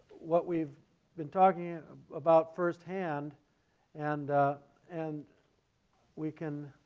what we've been talking about first hand and and we can.